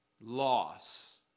Loss